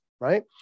right